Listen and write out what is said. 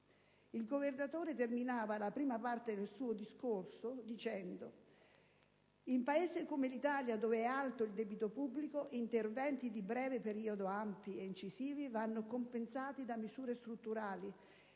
Il Governatore terminava la prima parte del suo discorso dicendo: «In paesi come l'Italia, dove è alto il debito pubblico, interventi di breve periodo ampi e incisivi vanno compensati da misure strutturali